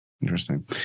Interesting